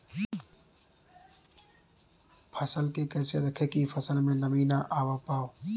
फसल के कैसे रखे की फसल में नमी ना आवा पाव?